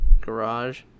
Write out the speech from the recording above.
garage